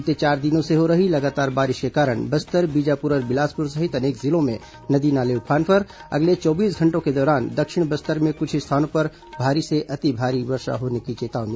बीते चार दिनों से हो रही लगातार बारिश के कारण बस्तर बीजापुर और बिलासपुर सहित अनेक जिलों में नदी नाले उफान पर अगले चौबीस घंटों के दौरान दक्षिण बस्तर में कुछ स्थानों पर भारी से अति भारी वर्षा होने की चेतावनी